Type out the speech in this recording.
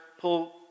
pull